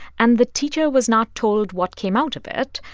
and the teacher was not told what came out of it.